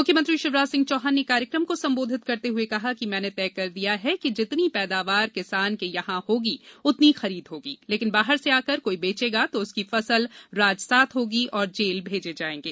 मुख्यमंत्री शिवराज सिंह चौहान ने कार्यक्रम को संबोधित करते हुए कहा कि मैंने तय कर दिया है कि जितनी पैदावार किसान के यहां होगी उतनी खरीद होगी लेकिन बाहर से आकर कोई बेचेगा तो उसकी फसल राजसात होगी और जेल भेजे जाएंगे